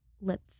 lip